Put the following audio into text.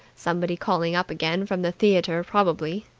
someone calling up again from the theatre probably.